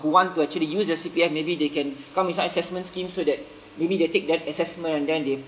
who want to actually use their C_P_F maybe they can come inside assessment scheme so that maybe they take that assessment and then they